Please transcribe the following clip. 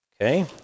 Okay